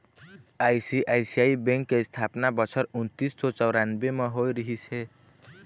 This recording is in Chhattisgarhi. आई.सी.आई.सी.आई बेंक के इस्थापना बछर उन्नीस सौ चउरानबे म होय रिहिस हे